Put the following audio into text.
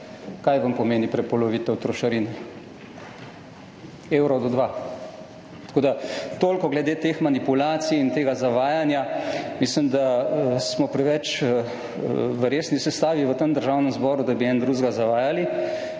Kaj vam pomeni prepolovitev trošarin? Evro do dva. Tako da toliko glede teh manipulacij in tega zavajanja. Mislim, da smo v preveč resni sestavi v tem Državnem zboru, da bi eden drugega zavajali.